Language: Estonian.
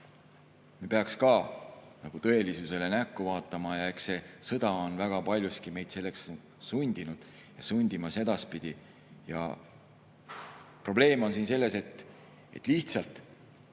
Me peaks tõelisusele näkku vaatama. Ja eks see sõda on väga paljuski meid selleks sundinud ja sundimas ka edaspidi. Probleem on selles, et lihtsalt